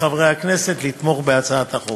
אני מבקש מחברי הכנסת לתמוך בהצעת החוק.